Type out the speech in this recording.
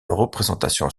représentation